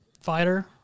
fighter